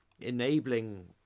enabling